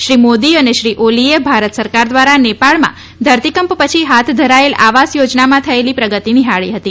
શ્રી મોદી અને શ્રી ઓલીએ ભારત સરકાર દ્વારા નેપાળમાં ધરતીકંપ પછી હાથ ધરાયેલ આવાસ યોજનામાં થયેલી પ્રગતિ નીહાળી હતી